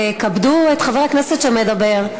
כבדו את חבר הכנסת שמדבר.